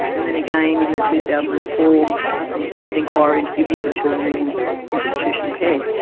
and then again in the two thousand and four senate inquiry into the abuse of children in institutional care.